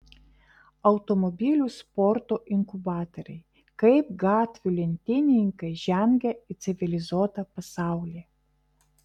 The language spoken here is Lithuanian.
automobilių sporto inkubatoriai kaip gatvių lenktynininkai žengia į civilizuotą pasaulį